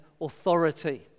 authority